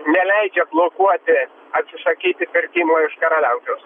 neleidžia blokuoti atsisakyti pirkimo iš karaliaučiaus